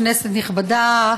כנסת נכבדה,